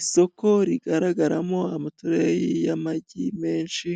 Isoko rigaragaramo amatureyi y'amagi menshi